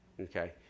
Okay